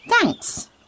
Thanks